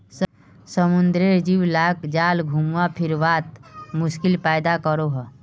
समुद्रेर जीव लाक जाल घुमा फिरवात मुश्किल पैदा करोह